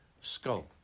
skull